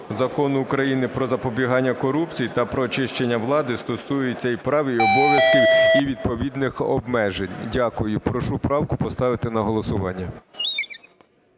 Закону України "Про запобігання корупції" та про очищення влади стосується і прав, і обов'язків, і відповідних обмежень. Дякую. Прошу правку поставити на голосування.